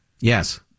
yes